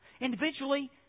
Individually